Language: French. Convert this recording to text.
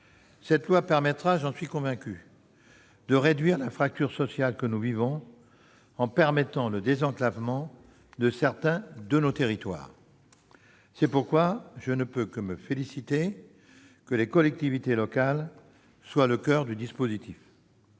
Ce texte permettra, j'en suis convaincu, de réduire la fracture sociale que nous vivons, en permettant le désenclavement de certains de nos territoires. C'est pourquoi je ne peux que me féliciter que les collectivités locales soient le coeur du dispositif.